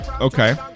Okay